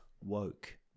woke